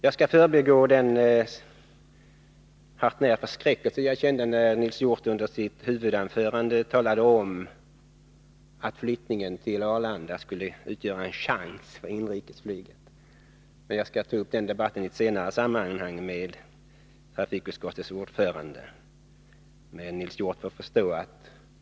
Jag skall förbigå den förskräckelse som jag kände när Nils Hjorth i sitt huvudanförande talade om att flyttningen till Arlanda skulle utgöra en chans för inrikesflyget — jag skall ta upp den debatten med trafikutskottets ordförande i ett senare sammanhang.